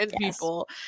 people